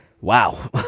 wow